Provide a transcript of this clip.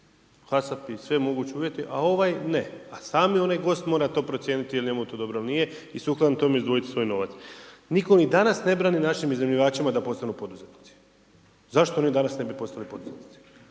sve mogući uvjeti, a ovaj ne, a sami onaj gost mora to procijeniti je li to njemu dobro ili nije i sukladno tome izdvojiti svoj novac. Nitko ni danas ne brani našim iznajmljivačima da postanu poduzetnici. Zašto oni danas ne bi postali poduzetnici